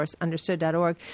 understood.org